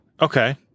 okay